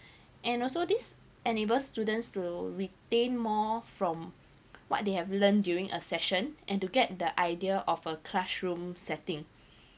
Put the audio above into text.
and also this enables students to retain more from what they have learnt during a session and to get the idea of a classroom setting